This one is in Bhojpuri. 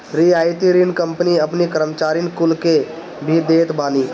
रियायती ऋण कंपनी अपनी कर्मचारीन कुल के भी देत बानी